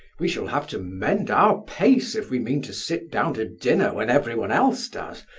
we shall have to mend our pace if we mean to sit down to dinner when every one else does,